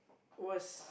was